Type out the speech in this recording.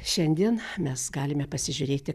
šiandien mes galime pasižiūrėti